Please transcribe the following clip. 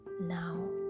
now